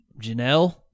Janelle